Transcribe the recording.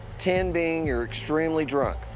ten being you're extremely drunk,